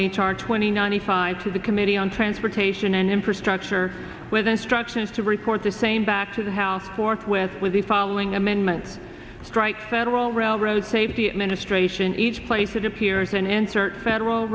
r twenty ninety five to the committee on transportation and infrastructure with instructions to report the same back to the house forthwith with the following amendment stright federal railroad safety administration each place it appears and enter federal